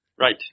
Right